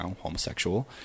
homosexual